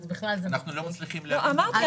אז בכלל --- אנחנו לא מצליחים להבין --- אמרתי,